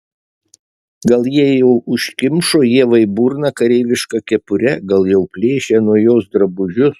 gal jie jau užkimšo ievai burną kareiviška kepure gal jau plėšia nuo jos drabužius